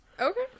okay